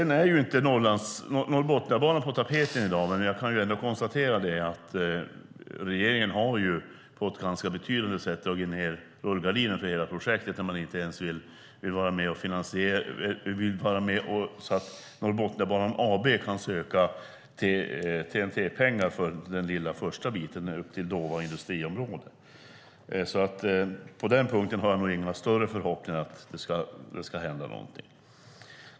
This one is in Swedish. Norrbotniabanan är inte på tapeten i dag, men jag kan ändå konstatera att regeringen på ett ganska betydande sätt har dragit ned rullgardinen för hela projektet när man inte ens vill vara med så pass att Norrbotniabanan AB kan söka TEN-T-pengar för den lilla första biten upp till Dåva industriområde. På den punkten har jag nog inga större förhoppningar om att det ska hända någonting.